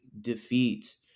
defeat